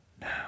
Now